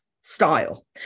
style